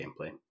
gameplay